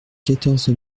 quatorze